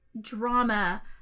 drama